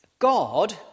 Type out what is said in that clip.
God